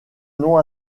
non